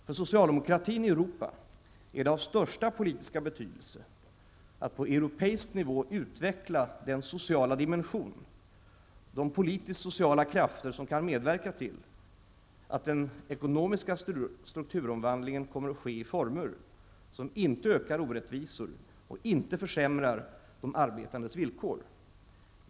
För socialdemokratin i Europa är det av största politiska betydelse att på europeisk nivå utveckla den sociala dimension, de politiskt sociala krafter som kan medverka till att den ekonomiska strukturomvandlingen kommer att ske i former som inte ökar orättvisor och inte försämrar de arbetandes villkor.